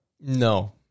No